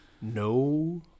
No